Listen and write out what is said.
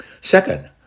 Second